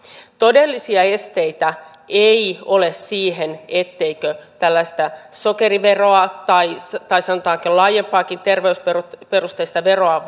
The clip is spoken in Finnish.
todellisia esteitä ei ole siihen etteikö tällaista sokeriveroa tai tai sanotaanko laajempaakin terveysperusteista veroa